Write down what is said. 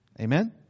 Amen